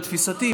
לתפיסתי,